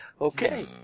Okay